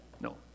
No